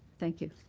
thank you.